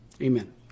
Amen